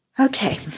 Okay